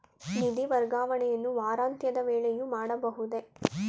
ನಿಧಿ ವರ್ಗಾವಣೆಯನ್ನು ವಾರಾಂತ್ಯದ ವೇಳೆಯೂ ಮಾಡಬಹುದೇ?